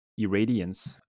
irradiance